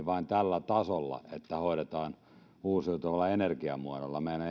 vain tällä tasolla että hoidetaan uusiutuvalla energiamuodolla meidän